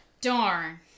Darn